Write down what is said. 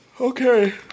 Okay